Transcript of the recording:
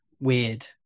weird